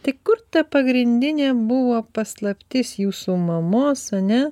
tik kur ta pagrindinė buvo paslaptis jūsų mamos ane